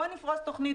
בואו נפרוס תוכנית